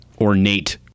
ornate